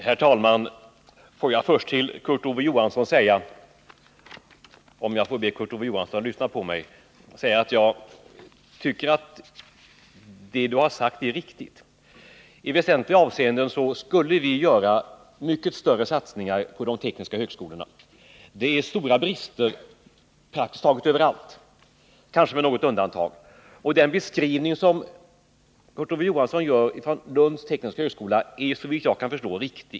Herr talman! Får jag först till Kurt Ove Johansson säga att det han har sagt är riktigt. I väsentliga avseenden skulle vi behöva göra mycket större satsningar på de tekniska högskolorna. Det finns stora brister, praktiskt taget överallt — kanske med något undantag alltså — och den beskrivning som Kurt Ove Johansson gör av behoven vid Lunds tekniska högskola är såvitt jag kan förstå korrekt.